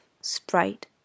sprite